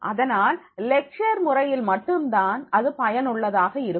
அதனால் லெக்சர் முறையில் மட்டும்தான் இது பயனுள்ளதாக இருக்கும்